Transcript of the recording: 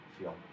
feel